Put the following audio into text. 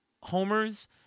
homers